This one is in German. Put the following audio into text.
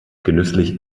genüsslich